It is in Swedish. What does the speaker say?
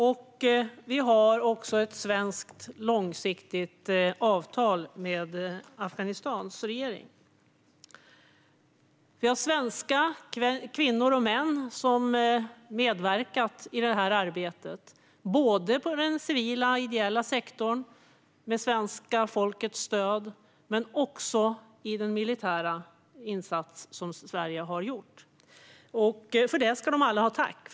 Sverige har också ett långsiktigt avtal med Afghanistans regering. Svenska kvinnor och män har medverkat i arbetet i den civila ideella sektorn, med svenska folkets stöd, och i den svenska militära insatsen. För det ska de alla ha tack.